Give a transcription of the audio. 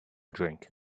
drink